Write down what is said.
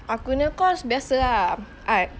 aku punya course biasa ah art